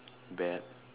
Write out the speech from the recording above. bad